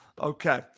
Okay